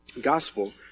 gospel